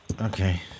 Okay